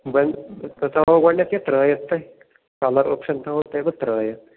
وۄنۍ بہٕ تھوہو گۄڈٕنٮ۪تھ یہِ ترٛٲیِتھ تۄہہِ کَلر اوپشَن تھوہو تۄہہِ بہٕ ترٛٲیِتھ